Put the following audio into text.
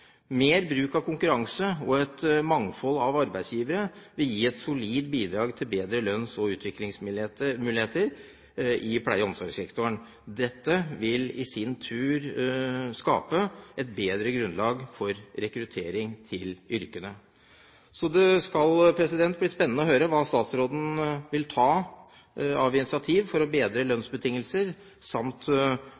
Mer bruk av konkurranse og et mangfold av arbeidsgivere vil gi et solid bidrag til bedre lønns- og utviklingsmuligheter i pleie- og omsorgssektoren. Dette vil i sin tur skape et bedre grunnlag for rekruttering til yrkene. Så det skal bli spennende å høre hva statsråden vil ta av initiativ for å bedre